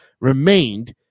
remained